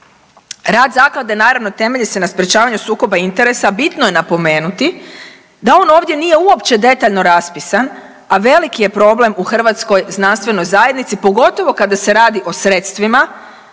Rad zaklade naravno temelji se na sprječavanju sukoba interesa, bitno je napomenuti da on ovdje nije uopće detaljno raspisan, a veliki je problem u hrvatskoj znanstvenoj zajednici pogotovo kada se radi o sredstvima